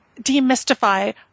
demystify